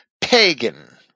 pagan